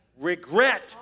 Regret